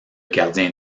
gardien